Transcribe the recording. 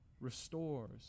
restores